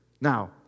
Now